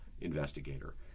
investigator